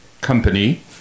Company